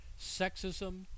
sexism